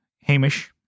hamish